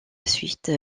suite